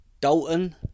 Dalton